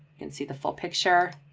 can see the full picture.